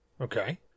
Okay